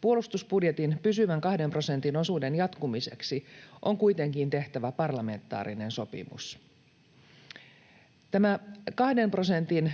Puolustusbudjetin pysyvän 2 prosentin osuuden jatkumiseksi on kuitenkin tehtävä parlamentaarinen sopimus. Tämä 2 prosentin